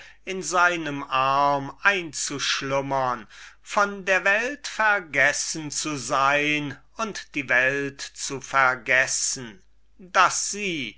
in seinem arm einzuschlummern von der welt vergessen zu sein und die welt zu vergessen daß sie